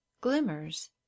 glimmers